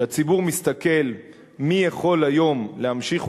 כשהציבור מסתכל מי יכול היום להמשיך